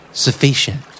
Sufficient